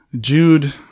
Jude